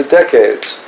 decades